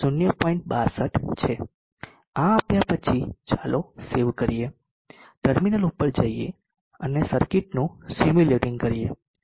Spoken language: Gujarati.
આ આપ્યા પછી ચાલો સેવ કરીએ ટર્મિનલ ઉપર જઈએ અને સર્કિટનું સિમ્યુલેટીંગ કરીએ